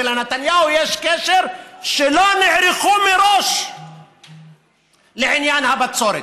ולנתניהו יש קשר לזה שלא נערכו מראש לעניין הבצורת,